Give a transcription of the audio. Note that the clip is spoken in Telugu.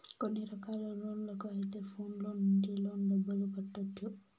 కొన్ని రకాల లోన్లకు అయితే ఫోన్లో నుంచి లోన్ డబ్బులు కట్టొచ్చు